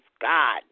God